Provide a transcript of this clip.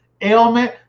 ailment